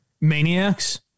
maniacs